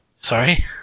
sorry